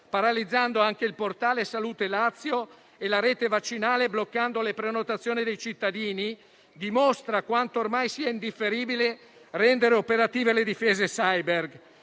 paralizzando anche il portale "Salute Lazio" e la rete vaccinale, bloccando le prenotazioni dei cittadini, dimostra quanto ormai sia indifferibile rendere operative le difese *cyber*,